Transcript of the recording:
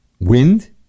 Wind